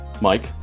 Mike